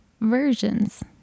versions